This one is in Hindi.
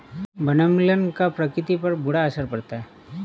वनोन्मूलन का प्रकृति पर बुरा असर पड़ता है